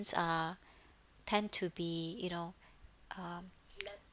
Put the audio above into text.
are tend to be you know um